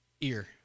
ear